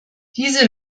diese